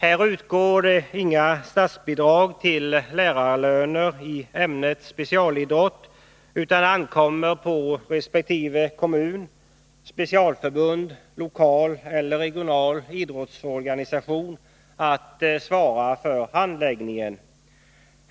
Här utgår inga statsbidrag till lärarlöner i ämnet specialidrott, utan det ankommer på resp. kommun, specialförbund, lokal eller regional idrottsorganisation att svara för handläggningen.